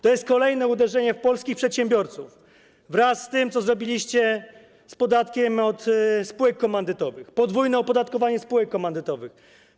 To jest kolejne uderzenie w polskich przedsiębiorców wraz z tym, co zrobiliście z podatkiem od spółek komandytowych - podwójne opodatkowanie spółek komandytowych.